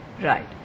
Right